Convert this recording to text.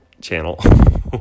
channel